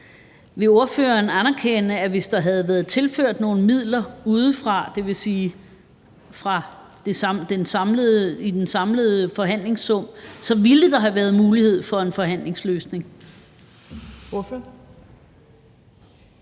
Vil ordføreren anerkende, at hvis der havde været tilført nogle midler udefra – dvs. i den samlede forhandlingssum – så ville der have været mulighed for en forhandlingsløsning? Kl.